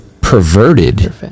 perverted